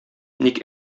ник